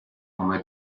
come